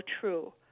true